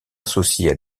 associées